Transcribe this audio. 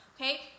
Okay